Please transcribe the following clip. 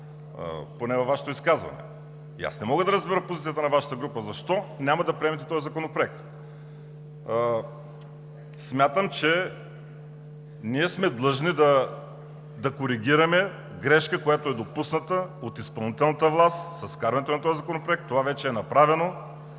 поне във Вашето изказване? Не мога да разбера и позицията на Вашата група защо няма да приемете този законопроект? Смятам, че сме длъжни да коригираме грешката, която е допусната от изпълнителната власт, с вкарването на този законопроект. Това вече е направено.